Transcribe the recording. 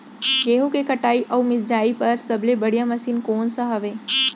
गेहूँ के कटाई अऊ मिंजाई बर सबले बढ़िया मशीन कोन सा हवये?